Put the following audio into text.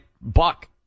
Buck